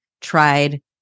tried